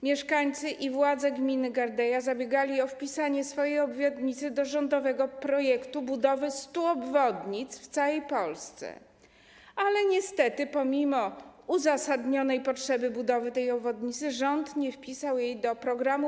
Mieszkańcy i władze gminy Gardeja zabiegali o wpisanie swojej obwodnicy do rządowego projektu budowy 100 obwodnic w całej Polsce, ale niestety pomimo uzasadnionej potrzeby budowy tej obwodnicy rząd nie wpisał jej do tego programu.